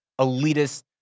elitist